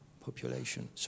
population